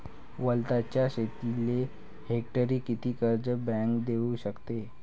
वलताच्या शेतीले हेक्टरी किती कर्ज बँक देऊ शकते?